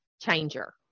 changer